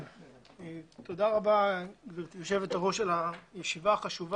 תודה רבה, גברתי היושבת-ראש, על הישיבה הזאת.